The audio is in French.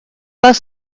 pas